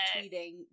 tweeting